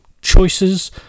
choices